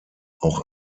auch